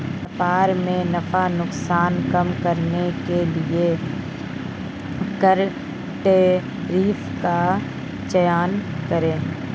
व्यापार में नफा नुकसान कम करने के लिए कर टैरिफ का चयन करे